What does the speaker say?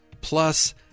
plus